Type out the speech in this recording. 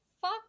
fuck